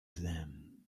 them